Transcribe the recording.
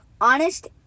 honest